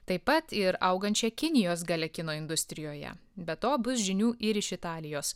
taip pat ir augančia kinijos galia kino industrijoje be to bus žinių ir iš italijos